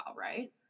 right